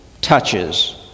touches